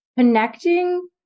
Connecting